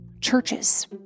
churches